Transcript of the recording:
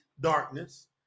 darkness